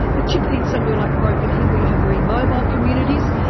particularly in somewhere like broken hill where you have very mobile communities.